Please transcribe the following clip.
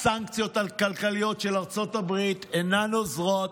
הסנקציות הכלכליות של ארצות הברית אינן עוזרות,